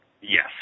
Yes